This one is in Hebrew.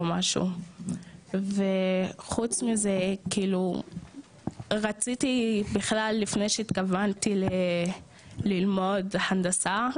או משהו וחוץ מזה רציתי בכלל לפני שהתכוונתי ללמוד הנדסה,